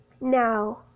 now